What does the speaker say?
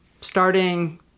starting